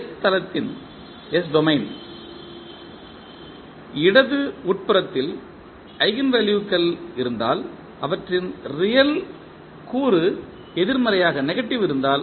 S தளத்தின் இடது உட்புறத்தில் ஈஜென்வெல்யூக்கள் இருந்தால் அவற்றின் ரியல் கூறு எதிர்மறையாக இருந்தால்